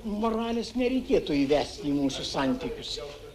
moralės nereikėtų įvesti į mūsų santykius